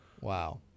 Wow